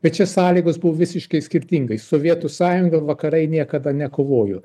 bet čia sąlygos buvo visiškai skirtingai sovietų sąjunga vakarai niekada nekovojo